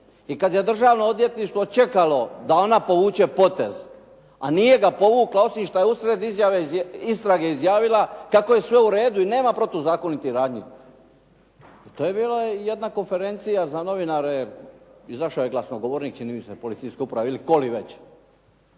I kada je Državno odvjetništvo čekalo da ona povuče potez, a nije ga povukla, osim što je uslijed istrage izjavila, kako je sve uredu i nema protuzakonitih radnji. Pa to je bila jedna konferencija za novinare. Izašao je glasnogovornik čini mi se policije uprave ili tko li već.